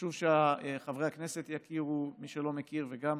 חשוב שחברי הכנסת יכירו, מי שלא מכיר וגם